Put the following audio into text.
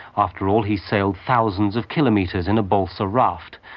after all, he sailed thousands of kilometres in a balsa raft,